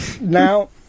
Now